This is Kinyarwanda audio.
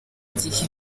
igihe